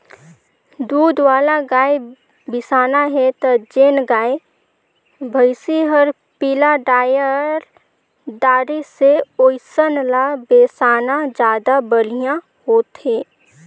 दूद वाला गाय बिसाना हे त जेन गाय, भइसी हर पिला डायर दारी से ओइसन ल बेसाना जादा बड़िहा होथे